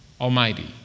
Almighty